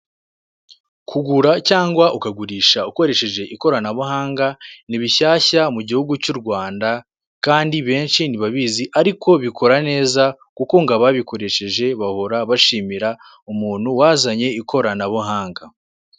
Kugura cyangwa ukagurisha ukoresheje ikoranabuhanga ni bishyashya mu gihugu cy'u Rwanda kandi benshi ntibabizi ariko bikora neza kuko ngo ababikoresheje bahora bashimira umuntu wazanye ikoranabuhanga.